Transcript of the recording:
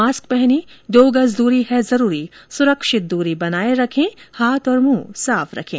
mask पहनें दो गज दूरी है जरूरी सुरक्षित दूरी बनाये रखें हाथ और मुंह साफ रखें